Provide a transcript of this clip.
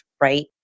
right